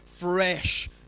Fresh